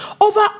over